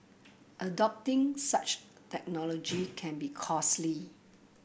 adopting such technology can be costly